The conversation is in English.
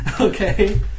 Okay